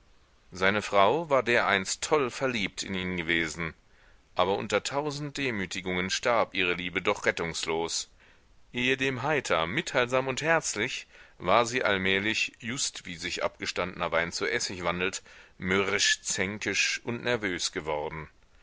seine frau war dereinst toll verliebt in ihn gewesen aber unter tausend demütigungen starb ihre liebe doch rettungslos ehedem heiter mitteilsam und herzlich war sie allmählich just wie sich abgestandner wein zu essig wandelt mürrisch zänkisch und nervös geworden